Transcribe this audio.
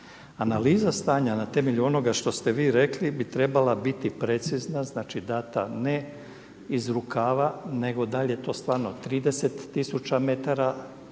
Analiza stanja na temelju onoga što ste vi rekli bi trebala biti precizna, znači dana ne iz rukava nego dal je to stvarno 30 tisuća metara